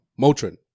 Motrin